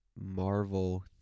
Marvel